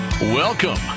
Welcome